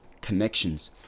connections